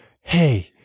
hey